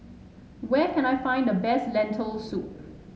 where can I find the best Lentil Soup